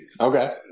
okay